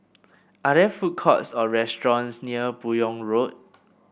are there food courts or restaurants near Buyong Road